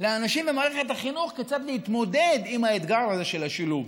לאנשים במערכת החינוך כיצד להתמודד עם האתגר הזה של השילוב.